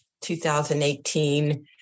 2018